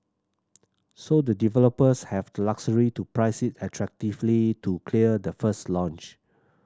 so the developers have to luxury to price it attractively to clear the first launch